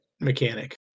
mechanic